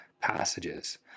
passages